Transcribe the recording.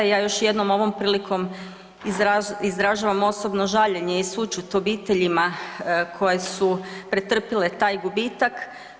I ja još jednom ovom prilikom izražavam osobno žaljenje i sućut obiteljima koje su pretrpile taj gubitak.